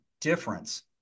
difference